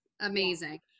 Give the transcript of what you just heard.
amazing